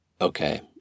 okay